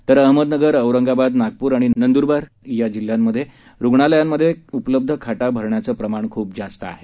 तर अहमदनगर औरंगाबाद नागपूर आणि नंदुरबार या जिल्ह्यांमध्ये रुग्णालयांमध्ये उपलब्ध खाटा भरण्याचं प्रमाण ख्प जास्त आहे